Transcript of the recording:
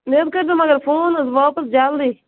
مےٚ حظ کٔرۍزیٚو مگر فون حظ واپس جلدی